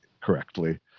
correctly